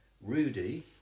Rudy